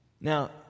Now